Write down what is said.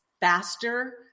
faster